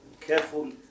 careful